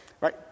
Right